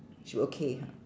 should okay ha